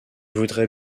voudrais